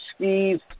skis